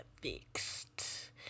fixed